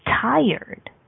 tired